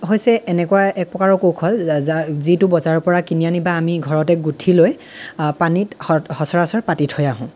হৈছে এনেকুৱা এক প্ৰকাৰৰ কৌশল জাল যিটো আমি বজাৰৰ পৰা কিনি আনি লৈ বা ঘৰতে গুঠি লৈ পানীত সত সচৰাৰচৰ পাতি থৈ আহোঁ